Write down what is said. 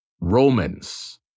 Romans